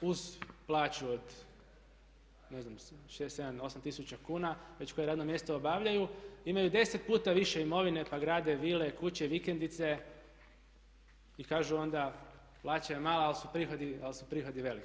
uz plaću od ne znam 6, 7, 8 000 kuna već koje radno mjesto obavljaju imaju 10 puta više imovine pa grade vile, kuće, vikendice i kažu onda plaća je mala, ali su prihodi veliki.